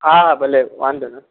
हा हा भले वांदो न